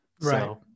right